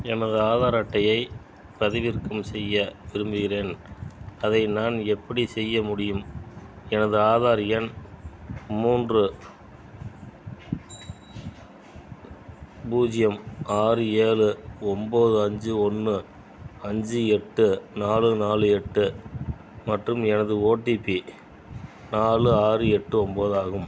எனது ஆதார் அட்டையை பதிவிறக்கம் செய்ய விரும்புகிறேன் அதை நான் எப்படிச் செய்ய முடியும் எனது ஆதார் எண் மூன்று பூஜ்ஜியம் ஆறு ஏலு ஒம்பது அஞ்சு ஒன்று அஞ்சு எட்டு நாலு நாலு எட்டு மற்றும் எனது ஓடிபி நாலு ஆறு எட்டு ஒம்பது ஆகும்